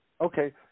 Okay